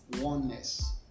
oneness